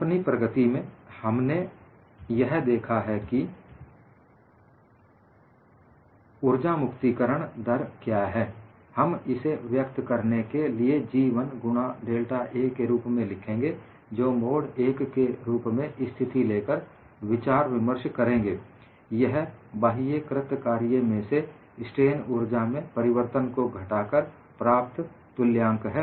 अपनी प्रगति में हमने यह देखा है कि ऊर्जा मुक्ति करण दर क्या है हम इसे व्यक्त करने के लिए G 1 गुणा डेल्टा A के रूप में लिखेंगे जो मोड I के रूप की स्थिति लेकर विचार विमर्श करेंगे यह बाह्य कृत कार्य में से स्ट्रेन ऊर्जा में परिवर्तन को घटाकर प्राप्त तुल्यांक है